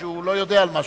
שהוא לא יודע על משהו.